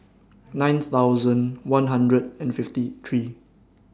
nine thousand one hundred and fifty three